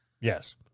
Yes